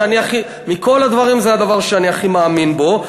מכל הדברים, זה הדבר שאני הכי מאמין בו.